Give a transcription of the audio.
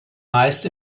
meist